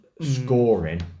scoring